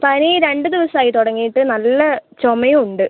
പനി രണ്ട് ദിവസമായി തുടങ്ങിയിട്ട് നല്ല ചുമയും ഉണ്ട്